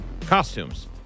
costumes